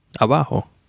Abajo